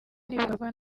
n’ibikorwa